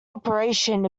operation